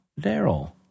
Daryl